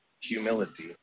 humility